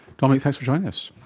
dominic, thanks for joining us.